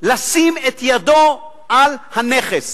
לשים את ידו על הנכס